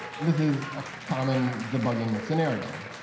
this is a common debugging scenario.